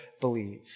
believe